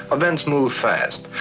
events move fast,